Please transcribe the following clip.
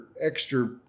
extra